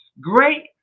Great